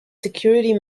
security